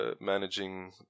managing